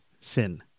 sin